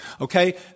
okay